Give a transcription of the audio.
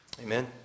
Amen